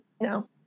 No